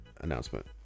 announcement